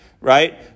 right